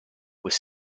was